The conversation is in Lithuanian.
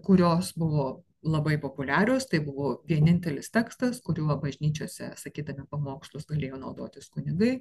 kurios buvo labai populiarios tai buvo vienintelis tekstas kuriuo bažnyčiose sakydami pamokslus galėjo naudotis kunigai